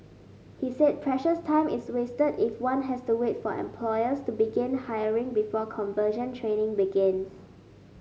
he said precious time is wasted if one has to wait for employers to begin hiring before conversion training begins